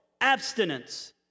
abstinence